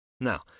Now